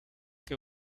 que